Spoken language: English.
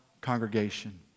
congregation